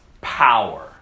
power